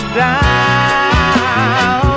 down